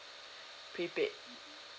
prepaid